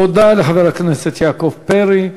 תודה לחבר הכנסת יעקב פרי.